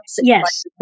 Yes